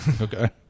Okay